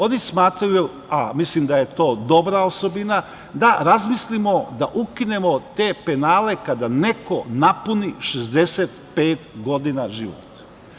Oni smatraju, a mislim da je to dobra osobina, da razmislimo da ukinemo te penale kada neko napuni 65 godina života.